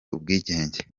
ubwigenge